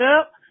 up